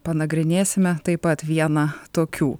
panagrinėsime taip pat vieną tokių